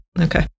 Okay